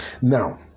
Now